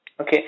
Okay